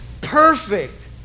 perfect